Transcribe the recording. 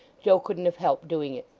joe couldn't have helped doing it.